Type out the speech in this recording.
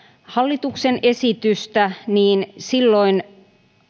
hallituksen esitystä niin silloin